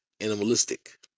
animalistic